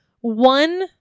one